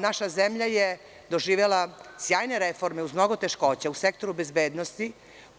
Naša zemlja je doživela sjajne reforme, uz mnogo teškoća, u sektoru bezbednosti,